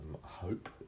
hope